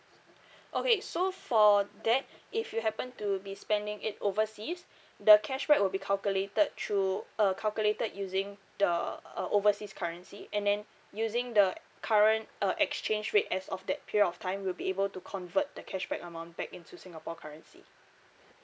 okay so for that if you happen to be spending it overseas the cashback will be calculated through uh calculated using the uh overseas currency and then using the current uh exchange rate as of that period of time we'll be able to convert the cashback amount back into singapore currency